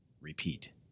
repeat